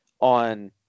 on